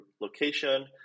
location